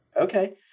Okay